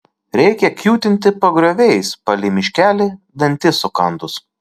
reikia kiūtinti pagrioviais palei miškelį dantis sukandus